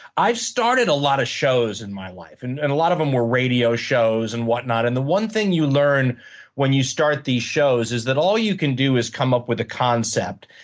i've started a lot of shows in my life. and and a lot of them were radio shows and whatnot and the one thing you learn when you start these shows is that all you can do is come up with a concept,